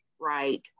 right